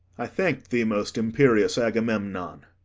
i thank thee, most imperious agamemnon.